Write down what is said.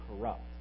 corrupt